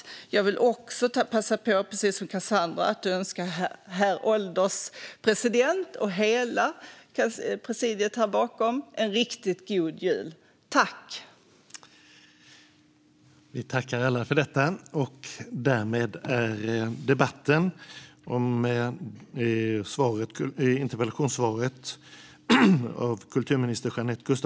Jag vill också passa på, precis som Cassandra, att önska herr ålderspresidenten och hela presidiet en riktigt god jul.